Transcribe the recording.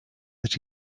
that